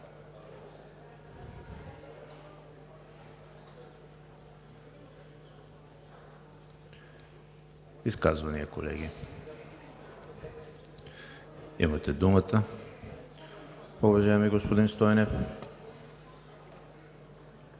Изказвания, колеги? Имате думата, уважаеми господин Стойнев.